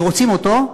ורוצים אותו,